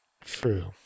True